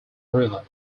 river